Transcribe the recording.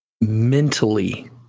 mentally